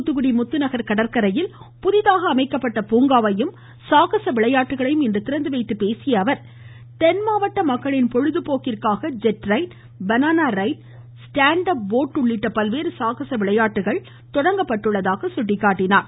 தூத்துக்குடி முத்துநகர் கடற்கரையில் புதிதாக அமைக்கப்பட்ட பூங்காவையும் சாகச விளையாட்டுகளையும் இன்று திறந்து வைத்துப் பேசிய அவர் தென் மாவட்ட மக்களின் பொழுது போக்கிற்காக jet ride banana ride stand up boat உள்ளிட்ட பல்வேறு சாகச விளையாட்டுகள் தொடங்கப்பட்டுள்ளதாக குறிப்பிட்டார்